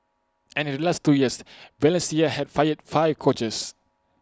and in the last two years Valencia had fired five coaches